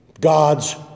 God's